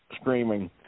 screaming